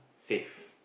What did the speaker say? safe